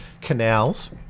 canals